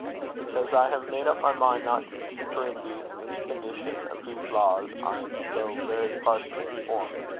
because i have made up my mind not to superinduce any condition of whose laws i am so very partially informed.